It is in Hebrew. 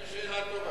זה שאלה טובה.